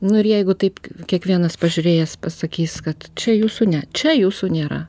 nu ir jeigu taip kiekvienas pažiūrėjęs pasakys kad čia jūsų ne čia jūsų nėra